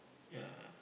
ya